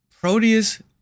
Proteus